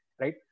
right